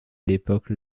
l’époque